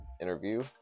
interview